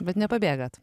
bet nepabėgat